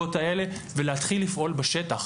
הסמכויות האלה ולהתחיל לפעול בשטח.